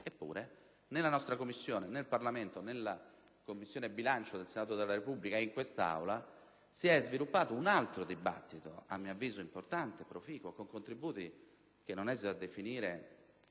Eppure, nella nostra Commissione, in Parlamento, nella Commissione bilancio del Senato della Repubblica e in quest'Aula, si è sviluppato un altro dibattito, a mio avviso, importante, proficuo e con contributi che non esito a definire